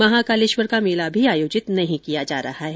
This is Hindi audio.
महाकालेश्वर का मेला भी आयोजित नहीं किया जा रहा है